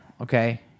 okay